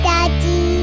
Daddy